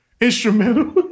Instrumental